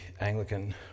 Anglican